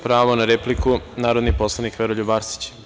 Pravo na repliku, narodni poslanik Veroljub Arsić.